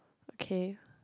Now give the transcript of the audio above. okay